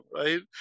right